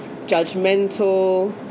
judgmental